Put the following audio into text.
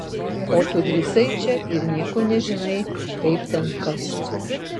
o tu drybsai čia ir nieko nežinai kaip ten kas